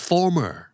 Former